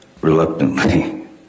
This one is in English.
reluctantly